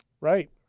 Right